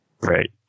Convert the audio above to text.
Right